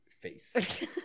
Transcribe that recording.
face